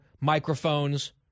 microphones